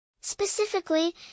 Specifically